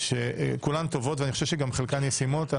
שכולן טובות, ואני חושב שחלקן גם ישימות.